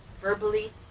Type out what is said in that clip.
verbally